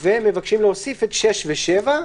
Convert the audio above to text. הם מבקשים להוסיף את (6) ו-(7).